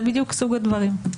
זה בדיוק סוג הדברים.